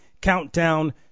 Countdown